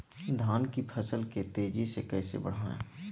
धान की फसल के तेजी से कैसे बढ़ाएं?